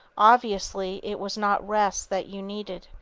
obviously it was not rest that you needed.